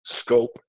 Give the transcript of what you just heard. scope